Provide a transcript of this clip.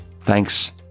Thanks